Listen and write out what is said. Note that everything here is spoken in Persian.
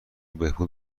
بهبود